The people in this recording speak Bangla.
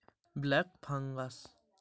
ভিটাভেক্স গমের কোন ছত্রাক ঘটিত রোগ দমন করে?